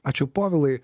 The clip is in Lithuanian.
ačiū povilai